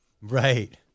right